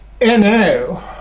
NO